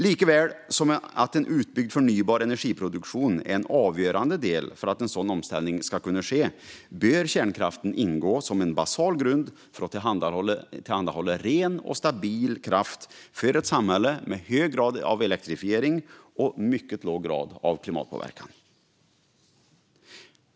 Likaväl som att en utbyggd förnybar energiproduktion är avgörande för att en sådan omställning ska kunna ske bör kärnkraften ingå som en basal grund för att tillhandahålla ren och stabil kraft för ett samhälle med hög grad av elektrifiering och mycket låg grad av klimatpåverkan.